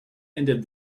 ended